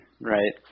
Right